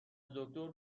دکتر